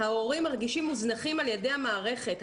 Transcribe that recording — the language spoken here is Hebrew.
ההורים מרגישים מוזנחים על-ידי המערכת.